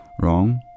wrong